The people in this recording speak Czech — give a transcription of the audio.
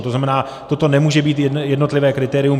To znamená, toto nemůže být jednotlivé kritérium.